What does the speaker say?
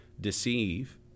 deceive